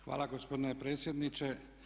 Hvala gospodine predsjedniče.